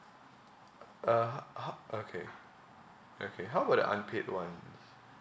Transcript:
uh ho~ ho~ okay okay how about the unpaid ones